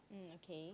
um okay